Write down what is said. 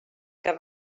que